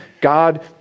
God